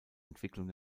entwicklung